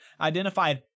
identified